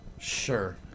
Sure